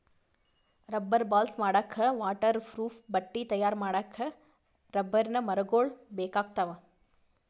rubber balls ಮಾಡಕ್ಕಾ waterproof ಬಟ್ಟಿ ತಯಾರ್ ಮಾಡಕ್ಕ್ ರಬ್ಬರಿನ್ ಮರಗೊಳ್ ಬೇಕಾಗ್ತಾವ